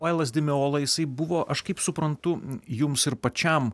o elas diemola jisai buvo aš kaip suprantu jums ir pačiam